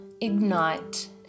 ignite